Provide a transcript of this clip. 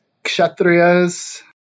Kshatriyas